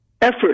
effort